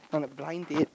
on applying it